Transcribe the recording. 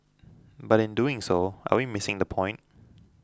but in doing so are we missing the point